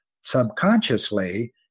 Subconsciously